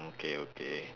okay okay